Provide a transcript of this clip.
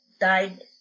died